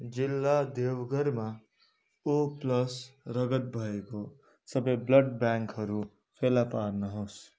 जिल्ला देवघरमा O plus रगत भएका सबै ब्लड ब्याङ्कहरू फेला पार्नुहोस्